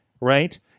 right